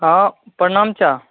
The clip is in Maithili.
हँ प्रणाम चचा